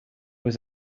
was